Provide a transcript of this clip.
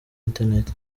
internet